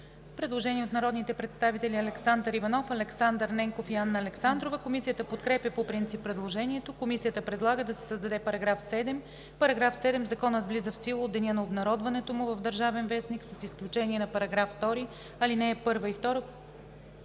Предложение от народните представители Александър Иванов, Александър Ненков и Анна Александрова. Комисията подкрепя по принцип предложението. Комисията предлага да се създаде § 7: „§ 7. Законът влиза в сила от деня на обнародването му в „Държавен вестник“, с изключение на § 2, ал. 1 и 2,